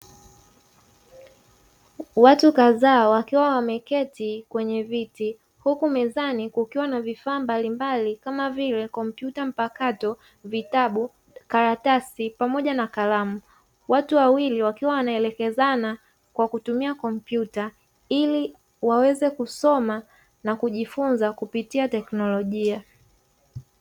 Watu kadhaa wakiwa wameketi kwenye viti, huku mezani kukiwa na vifaa mbalimbali kama vile: kompyuta mpakato, vitabu, karatasi, pamoja na kalamu. Watu wawili wakiwa wanaelekezana kwa kutumia kompyuta, ili waweze kusoma na kujifunza kupitia teknolojia.